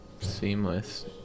seamless